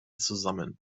zusammen